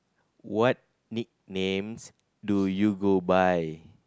what nicknames do you go by